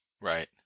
Right